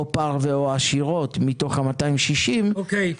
או פרווה או עשירות מתוך ה-260 --- אוקיי.